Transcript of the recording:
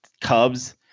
Cubs